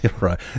Right